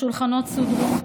השולחנות סודרו,